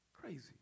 Crazy